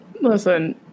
Listen